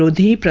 so the but